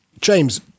James